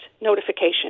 notification